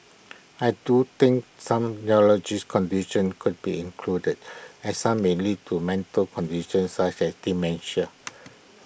I do think some neurological conditions could be included as some may lead to mental conditions such as dementia